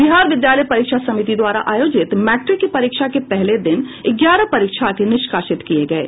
बिहार विद्यालय परीक्षा समिति द्वारा आयोजित मैट्रिक की परीक्षा के पहले दिन ग्यारह परीक्षार्थी निष्कासित किये गये